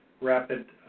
rapid